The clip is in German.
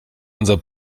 unser